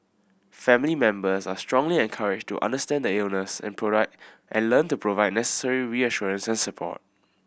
family members are strongly encouraged to understand the illness and provide and learn to provide necessary reassurance and support